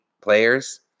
players